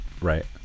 right